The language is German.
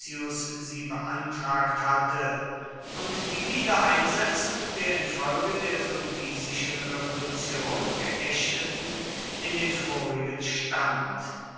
sie beantragt hatte und die wiedereinsetzung der infolge der sulpicischen revolution geächteten in den vorigen stand